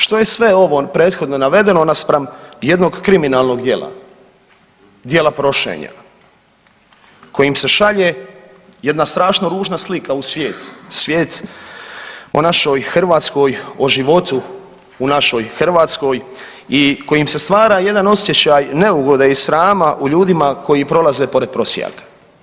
Što je sve ovo prethodno navedeno naspram jednog kriminalnog djela, djela prošenja kojim se šalje jedna strašno ružna slika u svijet, svijet o našoj Hrvatskoj, o životu u našoj Hrvatskoj i kojim se stvara jedan osjećaj neugode i srama u ljudima koji prolaze pored prosjaka.